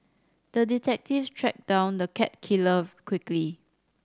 the detective tracked down the cat killer quickly